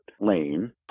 lane